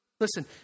Listen